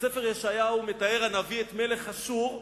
בספר ישעיהו הנביא מתאר את מלך אשור: